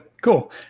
cool